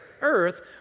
Earth